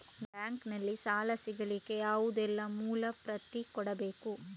Bank ನಲ್ಲಿ ಸಾಲ ಸಿಗಲಿಕ್ಕೆ ಯಾವುದೆಲ್ಲ ಮೂಲ ಪ್ರತಿ ಕೊಡಬೇಕು?